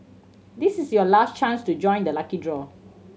this is your last chance to join the lucky draw